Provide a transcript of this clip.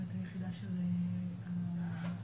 אני לא אומר שזה לא בסדר.